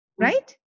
right